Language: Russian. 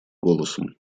голосом